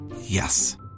Yes